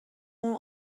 اون